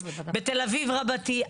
בתל אביב רבתי,